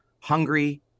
hungry